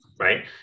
Right